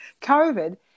COVID